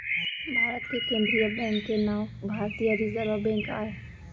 भारत के केंद्रीय बेंक के नांव भारतीय रिजर्व बेंक आय